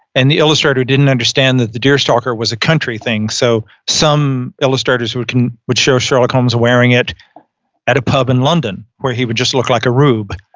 and the illustrator didn't understand that the deerstalker was a country thing. so some illustrators who can which show sherlock holmes wearing it at a pub in london, where he would just look like a rube.